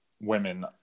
women